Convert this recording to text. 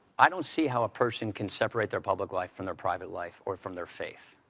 i don't see how a person can separate their public life from their private life or from their faith.